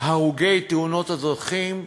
הרוגי תאונות הדרכים,